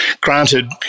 granted